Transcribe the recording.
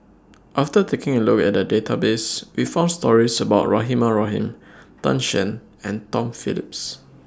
after taking A Look At The Database We found stories about Rahimah Rahim Tan Shen and Tom Phillips